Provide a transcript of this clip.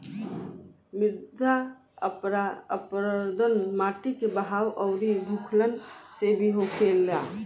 मृदा अपरदन माटी के बहाव अउरी भूखलन से भी होखेला